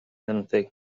anything